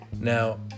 Now